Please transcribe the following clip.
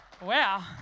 Wow